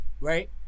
right